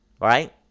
right